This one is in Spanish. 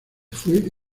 fue